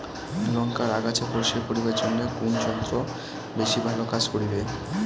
লংকার আগাছা পরিস্কার করিবার জইন্যে কুন যন্ত্র বেশি ভালো কাজ করিবে?